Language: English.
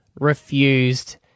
refused